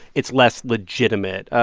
it's less legitimate.